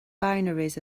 binaries